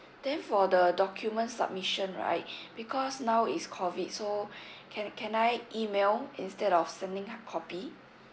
then for the documents submission right because now is COVID so can can I email instead of sending hardcopy